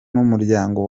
n’umuryango